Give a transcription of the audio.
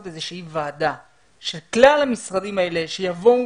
איזושהי ועדה של כלל המשרדים האלה שיבואו